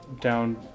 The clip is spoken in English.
down